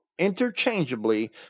interchangeably